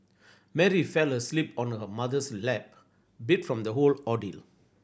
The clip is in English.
Mary fell asleep on her mother's lap beat from the whole ordeal